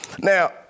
Now